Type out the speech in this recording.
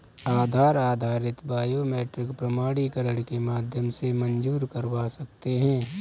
आधार आधारित बायोमेट्रिक प्रमाणीकरण के माध्यम से मंज़ूर करवा सकते हैं